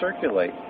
circulate